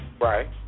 right